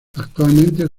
actualmente